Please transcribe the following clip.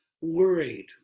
worried